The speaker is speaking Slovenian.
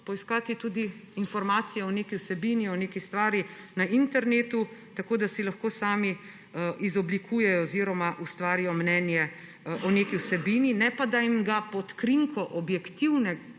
poiskati tudi informacije o neki vsebini, o neki stvari na internetu, tako da si lahko sami izoblikujejo oziroma ustvarijo mnenje o neki vsebini, ne pa, da jim ga pod krinko objektivnega